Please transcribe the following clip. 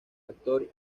actor